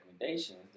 recommendations